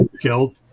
killed